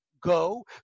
go